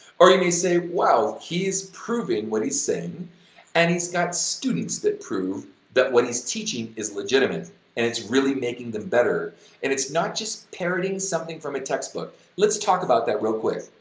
or you may say, wow he's proving what he's saying and he's got students that prove that what he's teaching is legitimate and it's really making them better and it's not just parroting something from a text book. let's talk about that real quick.